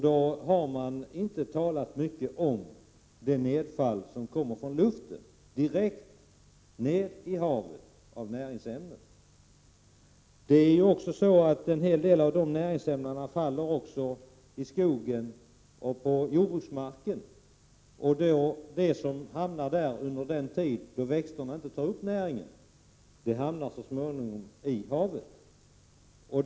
Det nedfall av näringsämnen som kommer från luften direkt ner i havet har då inte nämnts. En hel del av näringsämnena faller ner också i skogen och på jordbruksmarken. Det som hamnar på dessa ytor under den tid då växterna inte tar upp näringen hamnar så småningom i havet.